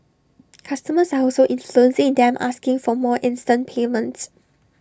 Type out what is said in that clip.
customers are also influencing them asking for more instant payments